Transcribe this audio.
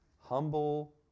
humble